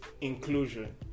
inclusion